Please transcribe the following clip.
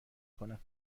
کنم